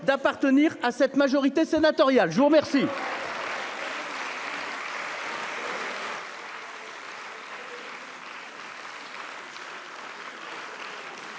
d'appartenir à cette majorité sénatoriale. Je vous remercie.